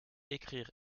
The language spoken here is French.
ecrire